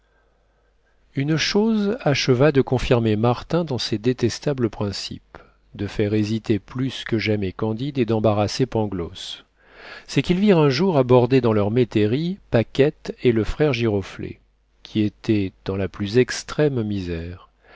une chose acheva de confirmer martin dans ses détestables principes de faire hésiter plus que jamais candide et d'embarrasser pangloss c'est qu'ils virent un jour aborder dans leur métairie paquette et le frère giroflée qui étaient dans la plus extrême misère